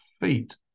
feet